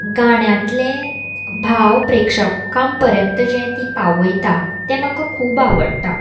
गाण्यांतलें भाव प्रेक्षकां पर्यंत जें ती पावयता तें म्हाका खूब आवडटा